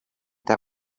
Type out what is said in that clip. that